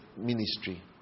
ministry